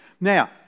Now